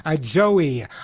Joey